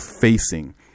facing